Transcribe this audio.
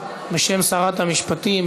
בשם שרת המשפטים,